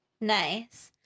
nice